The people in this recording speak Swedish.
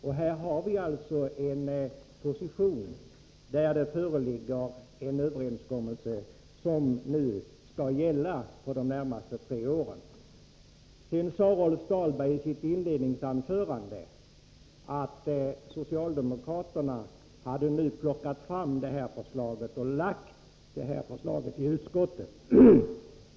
I det här fallet föreligger nu en överenskommelse som skall gälla för de närmaste tre åren. Rolf Dahlberg sade i sitt inledningsanförande att socialdemokraterna hade plockat fram det här förslaget och presenterat det i utskottet.